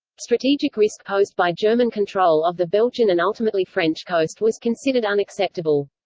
strategic risk posed by german control of the belgian and ultimately french coast was considered unacceptable.